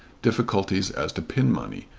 difficulties as to pin-money,